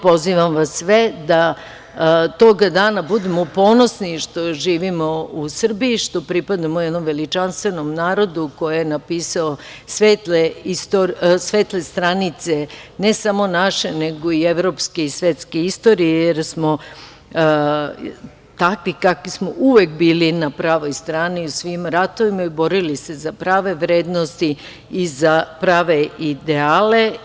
Pozivam vas sve da tog dana budemo ponosni što živimo u Srbiji, što pripadamo jednom veličanstvenom narodu koje je napisalo svetle stranice, ne samo naše, nego i evropske i svetske istorije, jer smo, takvi kakvi smo, uvek bili na pravoj strani u svim ratovima i borili se za prave vrednosti i za prave ideale.